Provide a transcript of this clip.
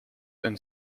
and